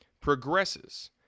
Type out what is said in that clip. progresses